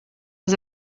was